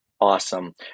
Awesome